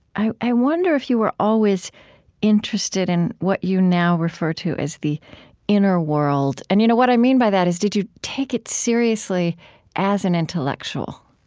i i wonder if you were always interested in what you now refer to as the inner world. and you know what i mean by that is, did you take it seriously as an intellectual?